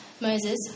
Moses